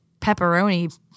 pepperoni